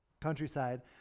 countryside